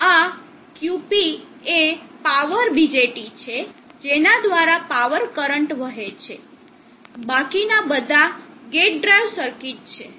આ QP એ power BJT છે જેના દ્વારા પાવર કરંટ વહે છે બાકીના બધા ગેટ ડ્રાઇવ સર્કિટ છે